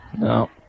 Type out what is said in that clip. No